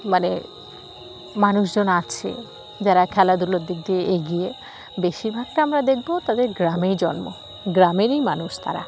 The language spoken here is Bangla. মানে মানুষজন আছে যারা খেলাধুলোর দিক দিয়ে এগিয়ে বেশিরভাগটা আমরা দেখবো তাদের গ্রামেই জন্ম গ্রামেরই মানুষ তারা